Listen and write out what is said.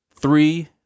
Three